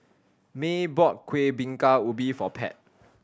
Maye bought Kuih Bingka Ubi for Pat